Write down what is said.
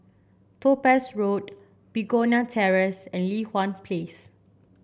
Topaz Road Begonia Terrace and Li Hwan Place